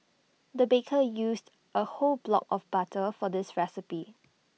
the baker used A whole block of butter for this recipe